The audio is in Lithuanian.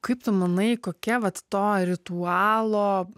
kaip tu manai kokia vat to ritualo